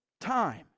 time